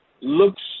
looks